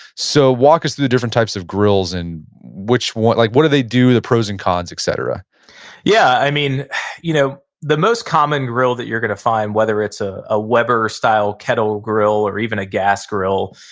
so, walk us through the different types of grills and which one. like what do they do the pros and cons, et cetera yeah, you know the most common grill that you're gonna find whether it's ah a weber style kettle grill or even a gas grill,